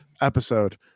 episode